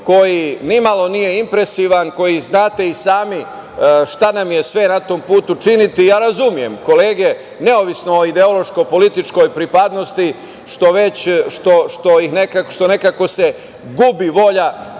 koji nimalo nije impresivan, koji, znate i sami šta nam je sve na tom putu činiti. Ja razumem kolege, nezavisno o ideološko-političkoj pripadnosti, što se nekako gubi volja